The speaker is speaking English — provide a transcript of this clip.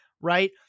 right